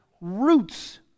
roots